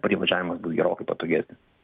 privažiavimas bus gerokai patogesnis